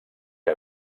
que